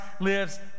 lives